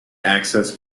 access